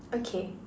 okay